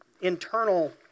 internal